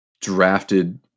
drafted